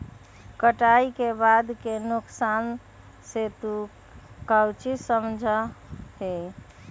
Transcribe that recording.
कटाई के बाद के नुकसान से तू काउची समझा ही?